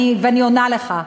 ואני עונה לך.